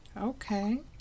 Okay